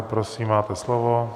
Prosím, máte slovo.